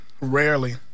Rarely